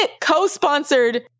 co-sponsored